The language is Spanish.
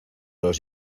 los